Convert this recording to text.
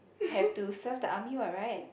have to serve the army [what] [right]